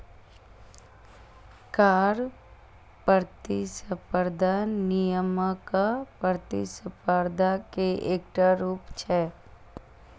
कर प्रतिस्पर्धा नियामक प्रतिस्पर्धा के एकटा रूप छियै